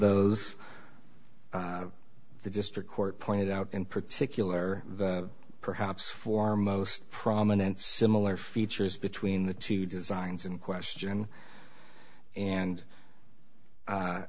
those the district court pointed out in particular perhaps for most prominent similar features between the two designs in question and